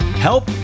Help